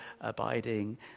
abiding